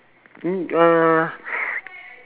no uh